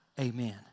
amen